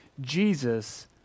Jesus